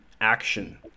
action